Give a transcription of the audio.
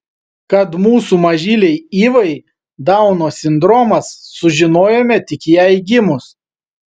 kad mūsų mažylei ivai dauno sindromas sužinojome tik jai gimus